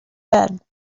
bed